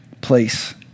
place